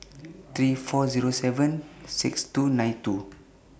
three four Zero seven six two nine two